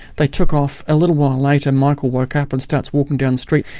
they took off. a little while later, michael woke up and starts walking down the street.